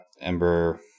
Ember